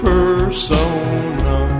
Persona